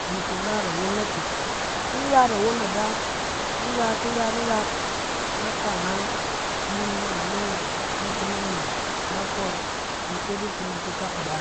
ni in tin ra yit awon atuk. Ki in ra yit awon ada, in ra yit, in ra yit, in ra yit, na kana bung namining wu, na tse na men, na foon, ni in tot yit kunom kukak bá.